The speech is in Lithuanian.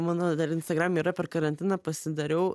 mano instagram yra per karantiną pasidariau